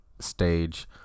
Stage